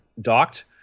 docked